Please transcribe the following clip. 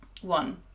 one